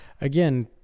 again